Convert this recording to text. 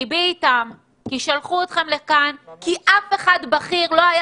ליבי איתכם כי שלחו אתכם לכאן כי אף בכיר אחר לא היה